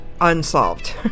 unsolved